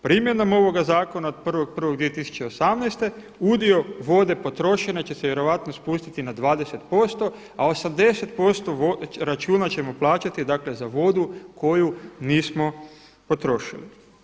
Primjenom ovoga zakona od 1.1.2018. udio vode potrošene će se vjerojatno spustiti na 20% a 80% računa ćemo plaćati za vodu koju nismo potrošili.